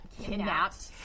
kidnapped